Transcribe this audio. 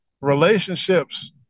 relationships